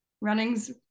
runnings